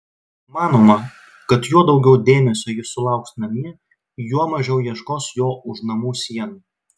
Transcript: manoma kad juo daugiau dėmesio jis sulauks namie juo mažiau ieškos jo už namų sienų